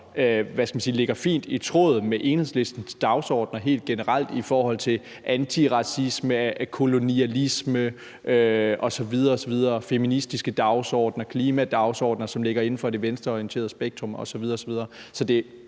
ligger fint i tråd med Enhedslistens dagsordener helt generelt i forhold til antiracisme, kolonialisme, feministiske dagsordener, klimadagsordener osv. osv., som ligger inden for det venstreorienterede spektrum. Så det